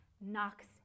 knocks